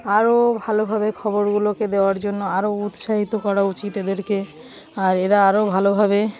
আরও ভালোভাবে খবরগুলোকে দেওয়ার জন্য আরও উৎসাহিত করা উচিত এদেরকে আর এরা আরও ভালোভাবে